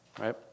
right